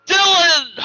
Dylan